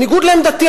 בניגוד לעמדתי,